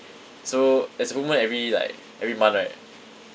so there's a full moon every like every month right